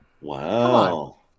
wow